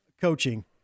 coaching